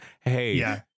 hey